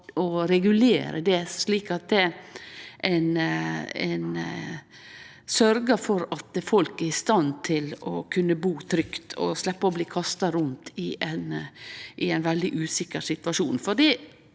og regulere det, slik at ein sørgjer for at folk blir i stand til å kunne bu trygt og slepp å bli kasta rundt i ein veldig usikker situasjon.